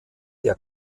der